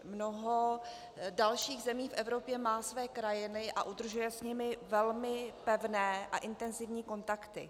Mnoho dalších zemí v Evropě má své krajany a udržuje s nimi velmi pevné a intenzivní kontakty.